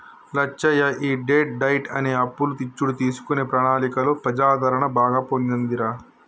లచ్చయ్య ఈ డెట్ డైట్ అనే అప్పులు ఇచ్చుడు తీసుకునే ప్రణాళికలో ప్రజాదరణ బాగా పొందిందిరా